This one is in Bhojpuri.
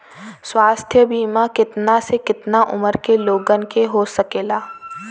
स्वास्थ्य बीमा कितना से कितना उमर के लोगन के हो सकेला?